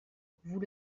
vous